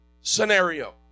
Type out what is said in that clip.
scenario